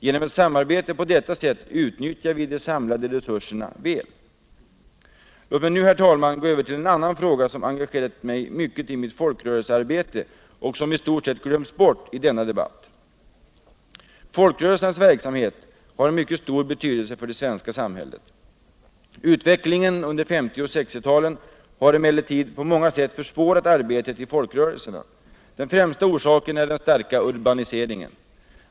Genom ett samarbete på detta sätt utnyttjar vi de samlade resurserna väl. Låt mig nu, herr talman, gå över till en annan fråga som engagerat mig mycket i mitt folkrörelsearbete och som i stort sett glömts bort i denna debatt. Folkrörelsernas verksamhet har en mycket stor betydelse för det svenska samhället. Utvecklingen under 1950 och 1960-talen har emellertid på många sätt försvårat arbetet i folkrörelserna. Den främsta orsaken är den starka urbaniseringen.